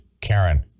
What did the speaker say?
Karen